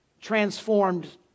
transformed